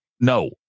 No